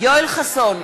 יואל חסון,